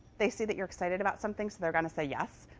they see that you're excited about something, so they're going to say yes.